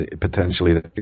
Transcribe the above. potentially